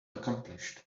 accomplished